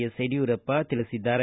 S Yediyurappa ತಿಳಿಸಿದ್ದಾರೆ